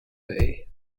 day